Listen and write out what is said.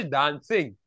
dancing